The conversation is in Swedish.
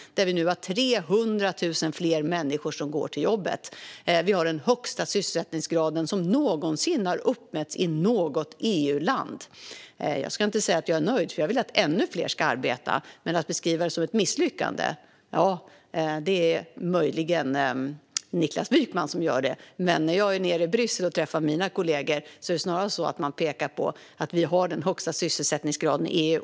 Det är nu 300 000 fler människor som går till jobbet. Vi har den högsta sysselsättningsgrad som någonsin har uppmätts i något EU-land. Jag ska inte säga att jag är nöjd, för jag vill att ännu fler ska arbeta. Men att beskriva det som ett misslyckande är det möjligen Niklas Wykman som gör. När jag är nere i Bryssel och träffar mina kollegor pekar de dock snarare på att vi har den högsta sysselsättningsgraden i EU.